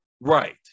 Right